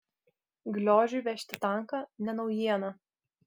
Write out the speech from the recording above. gliožiui vežti tanką ne naujiena